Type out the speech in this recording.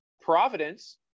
Providence